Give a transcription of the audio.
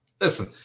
Listen